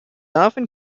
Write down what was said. often